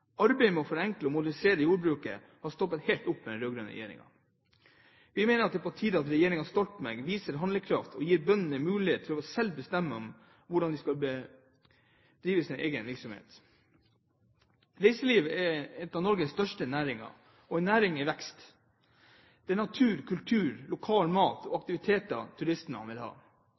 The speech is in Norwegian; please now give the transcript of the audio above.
Arbeidet med å forenkle og modifisere jordbruket har stoppet helt opp med den rød-grønne regjeringen. Vi mener at det er på tide at regjeringen Stoltenberg viser handlekraft, og gir bøndene mulighet til selv å bestemme over hvordan de vil drive sin egen virksomhet. Reiseliv er en av Norges største næringer og en næring i vekst. Det er natur, kultur, lokal mat og aktiviteter turistene vil ha.